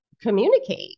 communicate